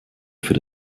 für